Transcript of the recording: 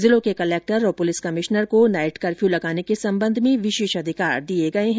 जिलों के कलेक्टर और पुलिस कमिश्नर को नाइट कर्फ्यू लगाने के संबंध में विशेष अधिकार दिए हैं